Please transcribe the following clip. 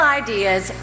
ideas